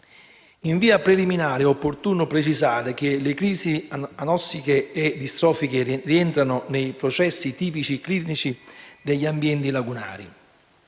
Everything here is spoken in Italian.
In via preliminare è opportuno precisare che le crisi anossiche e distrofiche rientrano nei processi tipici ciclici degli ambienti lagunari.